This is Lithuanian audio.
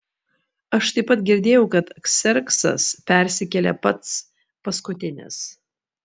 aš taip pat girdėjau kad kserksas persikėlė pats paskutinis